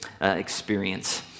experience